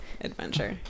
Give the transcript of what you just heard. adventure